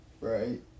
Right